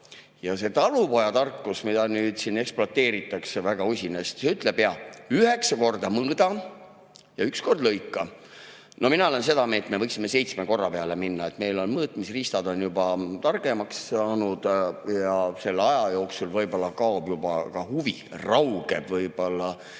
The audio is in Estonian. Ja see talupojatarkus, mida nüüd siin ekspluateeritakse väga usinasti, ütleb, et üheksa korda mõõda ja üks kord lõika. No mina olen seda meelt, et me võiksime seitsme korra peale minna. Meie mõõtmisriistad on juba targemaks saanud ja selle aja jooksul võib-olla kaob juba huvi, raugeb võib-olla